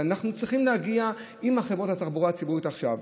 ואנחנו צריכים להגיע לפתרונות עם חברות התחבורה הציבורית עכשיו.